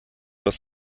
doch